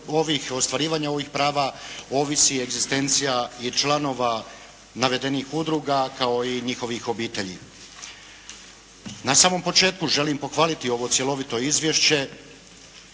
ostvarivanju ovih prava ovisi egzistencija i članova navedenih udruga kao i njihovih obitelji. Na samom početku želim pohvaliti ovo cjelovito izvješće,